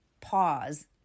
pause